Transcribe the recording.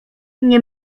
nie